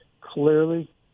clearly